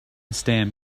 stand